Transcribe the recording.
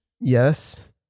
Yes